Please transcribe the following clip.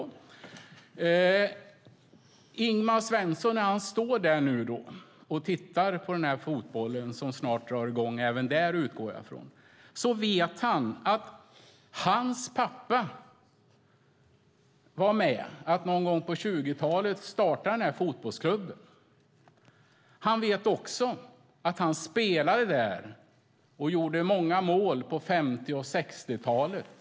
När Ingemar Svensson står och tittar på den fotboll som snart - utgår jag från - även i Stenkullen drar i gång vet han att hans pappa var med om att någon gång på 20-talet starta fotbollsklubben. Han vet också att pappan spelade i klubben och gjorde många mål på 50 och 60-talen.